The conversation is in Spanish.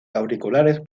auriculares